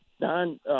Don